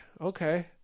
Okay